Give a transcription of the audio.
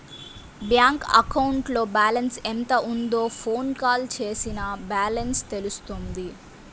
bank అకౌంట్లో balance ఎంత ఉందో ఫోన్ కాల్ చేసినా బ్యాలెన్స్ తెలుస్తుంది